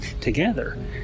together